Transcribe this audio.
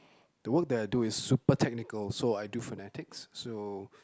the work that I do is super technical so I do frenetic so